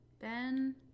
Ben